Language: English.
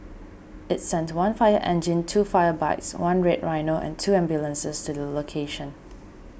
it sent one fire engine two fire bikes one Red Rhino and two ambulances to the location